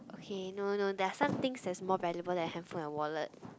K no no there are some things that's more valuable than headphone and wallet